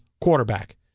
Quarterback